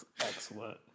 Excellent